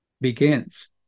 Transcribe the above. begins